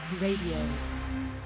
radio